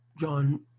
John